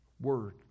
word